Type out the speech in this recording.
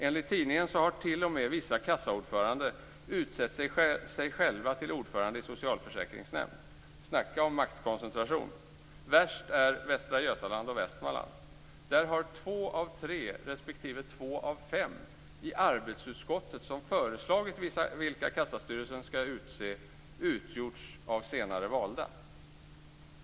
Enligt tidningen har t.o.m. vissa kassaordförande utsett sig själva till ordförande i socialförsäkringsnämnd. Snacka om maktkoncentration! Värst är Västra Götaland och Västmanland. Där har två av tre respektive två av fem i de arbetsutskott som föreslagit vilka kassastyrelser skall utse utgjorts av senare valda.